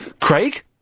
Craig